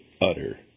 utter